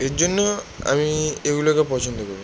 এর জন্য আমি এগুলোকে পছন্দ করি